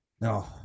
No